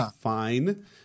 fine